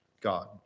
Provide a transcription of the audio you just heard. God